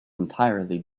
entirely